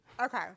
Okay